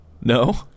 No